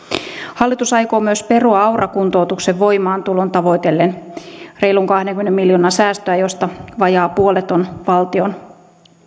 hallitus aikoo myös perua aura kuntoutuksen voimaantulon tavoitellen reilun kahdenkymmenen miljoonan säästöä josta vajaa puolet on valtion